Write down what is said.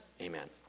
Amen